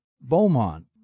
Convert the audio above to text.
Beaumont